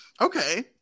Okay